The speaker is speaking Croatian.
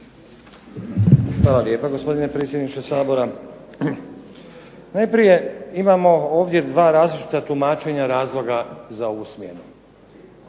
Hvala lijepo gospodine predsjedniče Sabora. Najprije imamo ovdje dva različita tumačenja razloga za ovu smjenu.